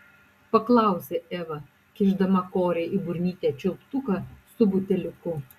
paklausė eva kišdama korei į burnytę čiulptuką su buteliuku